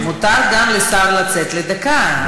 מותר גם לשר לצאת לדקה.